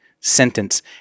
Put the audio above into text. sentence